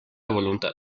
voluntad